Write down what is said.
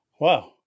wow